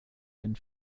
den